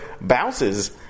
bounces